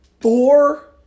four